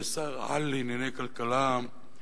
שר-על לענייני כלכלה.